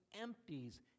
Empties